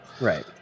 Right